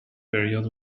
period